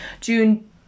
June